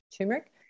turmeric